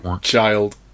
Child